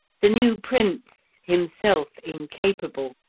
the new prince, himself incapable,